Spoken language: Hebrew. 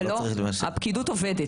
הפקידוּת עובדת.